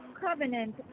covenant